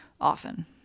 Often